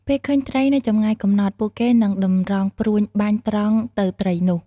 ពេលឃើញត្រីនៅចម្ងាយកំណត់ ពួកគេនឹងតម្រង់ព្រួញបាញ់ត្រង់ទៅត្រីនោះ។